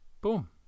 Boom